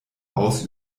aus